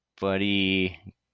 buddy